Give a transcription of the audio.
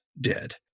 dead